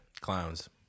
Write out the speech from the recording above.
Clowns